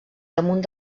damunt